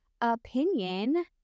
opinion